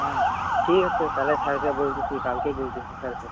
হ্যাঁ ঠিক আছে তাহলে স্যারকে বলতেসি কালকেই বলতেসি স্যারকে